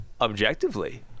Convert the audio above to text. objectively